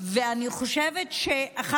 אבל אני חושבת שיש מאה